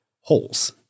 holes